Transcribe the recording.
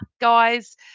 guys